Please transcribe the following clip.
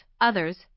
others